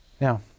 Now